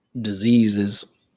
diseases